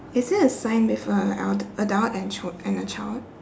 is there a sign with a adu~ adult and chi~ and a child